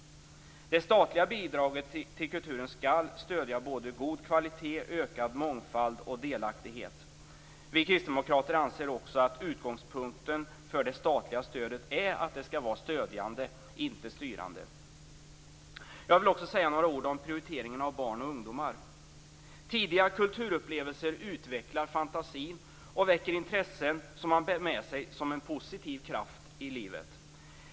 Det statliga bidraget till kulturen skall stödja både god kvalitet, ökad mångfald och delaktighet. Vi kristdemokrater anser också att utgångspunkten för det statliga stödet är att det skall vara stödjande, inte styrande. Jag vill också säga några ord om prioriteringen av barn och ungdomar. Tidiga kulturupplevelser utvecklar fantasin och väcker intressen som man bär med sig som en positiv kraft i livet.